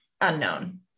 unknown